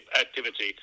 activity